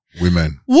Women